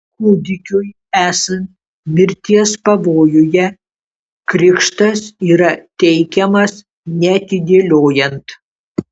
kūdikiui esant mirties pavojuje krikštas yra teikiamas neatidėliojant